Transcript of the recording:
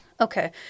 Okay